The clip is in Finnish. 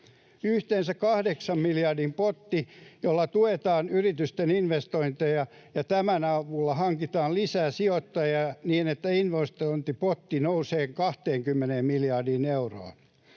kahdeksan miljardin potti, jolla tuetaan yritysten investointeja ja jonka avulla hankitaan lisää sijoittajia, niin että investointipotti nousee 20 miljardiin euroon.